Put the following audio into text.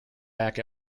back